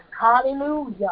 Hallelujah